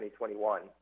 2021